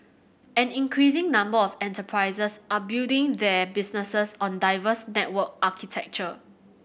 an increasing number of enterprises are building their businesses on diverse network architecture